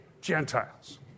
Gentiles